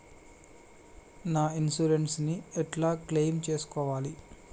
నా ఇన్సూరెన్స్ ని ఎట్ల క్లెయిమ్ చేస్కోవాలి?